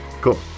Cool